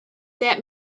that